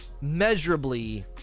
measurably